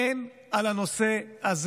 אין מחלוקת על הנושא הזה.